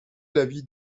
l’avis